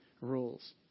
rules